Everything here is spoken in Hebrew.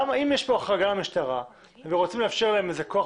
אם יש כאן החרגה למשטרה ורוצים לאפשר לה כוח